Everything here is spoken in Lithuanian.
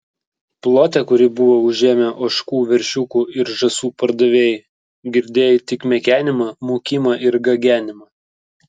plote kurį buvo užėmę ožkų veršiukų ir žąsų pardavėjai girdėjai tik mekenimą mūkimą ir gagenimą